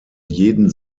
jeden